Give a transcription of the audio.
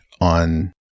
on